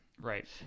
right